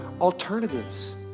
alternatives